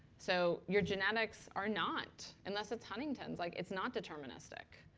so your genetics are not unless it's huntington's, like it's not deterministic.